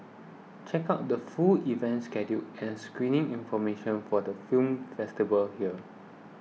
check out the full event schedule and screening information for the film festival here